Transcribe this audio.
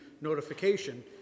notification